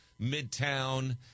Midtown